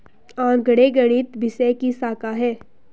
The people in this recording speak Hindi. आंकड़े गणित विषय की शाखा हैं